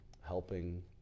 helping